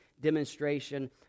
demonstration